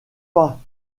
pas